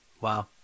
Wow